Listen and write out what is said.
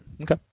okay